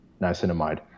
niacinamide